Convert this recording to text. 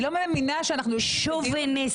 אני לא מאמינה שאנחנו --- שוביניסטי.